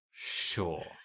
Sure